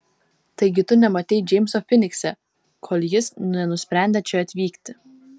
taigi tu nematei džeimso finikse kol jis nenusprendė čia atvykti